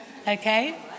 Okay